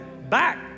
back